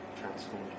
transformed